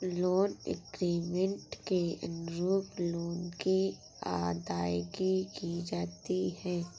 loan agreement के अनुरूप loan की अदायगी की जाती है